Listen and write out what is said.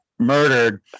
murdered